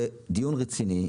היה דיון רציני,